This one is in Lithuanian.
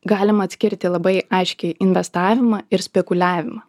galima atskirti labai aiškiai investavimą ir spekuliavimą